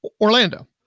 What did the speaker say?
Orlando